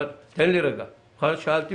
אני אומר לך